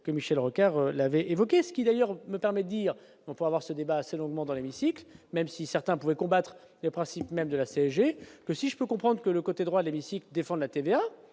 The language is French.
que Michel Rocard l'avait évoqué ce qu'il ailleurs me permet, dire on va avoir ce débat s'est longuement dans l'hémicycle, même si certains pouvaient combattre le principe même de la CGT, que si je peux comprendre que le côté droit, l'hémicycle défendent la TVA